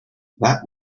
that